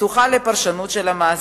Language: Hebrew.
פתוחה לפרשנות של המעסיקים.